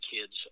kids